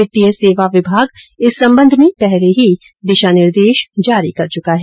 वित्तीय सेवा विभाग इस संबंध में पहले ही दिशानिर्देश जारी कर चुका है